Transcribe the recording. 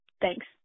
Thanks